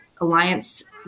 Alliance